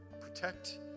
Protect